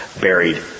Buried